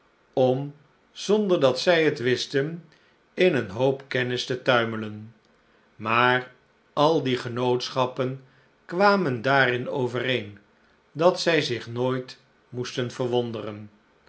om zonder dat zij het wisten in een hoop kennis te tuimelen maar al die genootschappen kwamen daarin overeen dat zij zich nooit moesten verwonderen